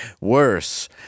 worse